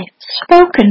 spoken